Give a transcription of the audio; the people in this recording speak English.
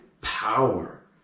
power